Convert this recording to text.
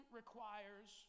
requires